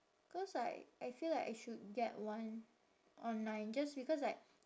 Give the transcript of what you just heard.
cause like I feel like I should get one online just because like